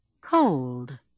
cold